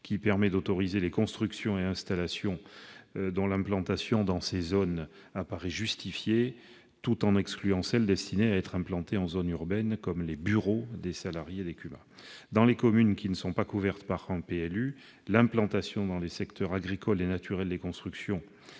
permet d'autoriser les constructions et installations des CUMA dont l'implantation en zone A ou N apparaît justifiée, tout en excluant celles destinées à être implantées en zone urbaine, comme les bureaux des salariés des CUMA. Dans les communes qui ne sont pas couvertes par un PLU, l'implantation de constructions dans les secteurs agricoles et naturels est